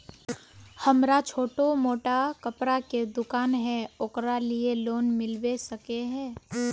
हमरा छोटो मोटा कपड़ा के दुकान है ओकरा लिए लोन मिलबे सके है?